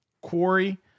Quarry